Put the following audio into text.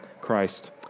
Christ